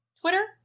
Twitter